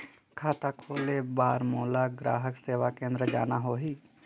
खाता खोले बार मोला ग्राहक सेवा केंद्र जाना होही?